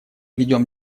ведем